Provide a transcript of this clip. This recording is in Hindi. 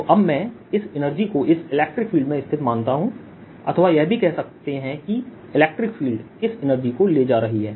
तो अब मैं इस एनर्जी को इस इलेक्ट्रिक फील्ड में स्थित मानता हूं अथवा यह भी कह सकते हैं कि इलेक्ट्रिक फील्ड इस एनर्जी को ले जा रही है